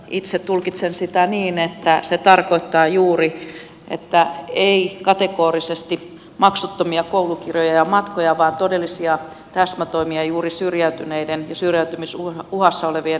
itse tulkitsen sitä niin että se tarkoittaa juuri että ei kategorisesti maksuttomia koulukirjoja ja matkoja vaan todellisia täsmätoimia juuri syrjäytyneiden ja syrjäytymisuhassa olevien nuorten osalta